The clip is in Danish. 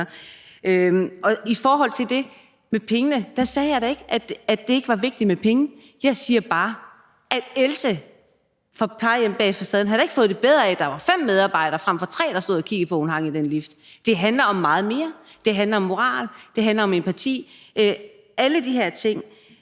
Og i forhold til det med pengene sagde jeg da ikke, at det ikke var vigtigt med penge. Jeg siger bare, at Else fra »Plejehjemmene bag facaden« da ikke havde fået det bedre af, at der var fem medarbejdere frem for tre, der stod og kiggede på, at hun hang i den lift. Det handler om meget mere. Det handler om moral, det handler om empati, og det